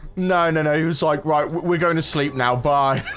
no, no, no, he was like right. we're going to sleep now. bye